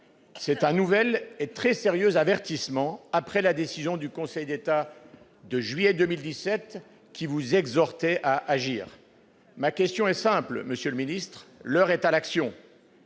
C'est un nouvel et très sérieux avertissement, après la décision du Conseil d'État de juillet 2017, qui vous exhortait à agir. Ma question est simple, monsieur le ministre d'État : puisque l'heure est à l'action,